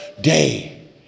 day